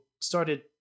started